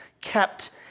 kept